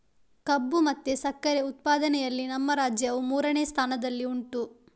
ಕಬ್ಬು ಮತ್ತೆ ಸಕ್ಕರೆ ಉತ್ಪಾದನೆಯಲ್ಲಿ ನಮ್ಮ ರಾಜ್ಯವು ಮೂರನೇ ಸ್ಥಾನದಲ್ಲಿ ಉಂಟು